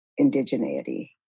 indigeneity